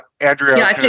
Andrea